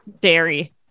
dairy